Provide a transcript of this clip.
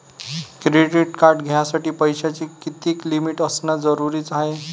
Credit card घ्यासाठी पैशाची कितीक लिमिट असनं जरुरीच हाय?